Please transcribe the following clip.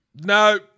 no